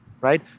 right